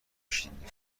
شیرینی